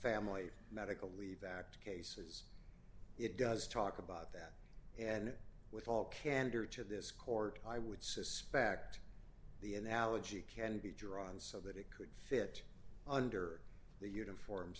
family medical leave act cases it does talk about that and with all candor to this court i would suspect the analogy can be drawn so that it could fit under the uniform